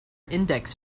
index